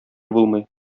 булмый